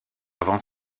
avant